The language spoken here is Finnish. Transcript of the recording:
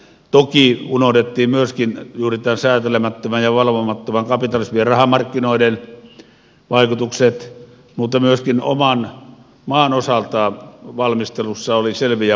toki unohdettiin myöskin juuri tämän säätelemättömän ja valvomattoman kapitalismin ja rahamarkkinoiden vaikutukset mutta myöskin oman maan osalta valmistelussa oli selviä puutteita